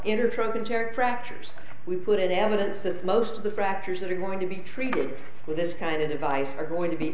inner tracking terror fractures we put in evidence that most of the factors that are going to be treated with this kind of device are going to be